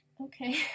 Okay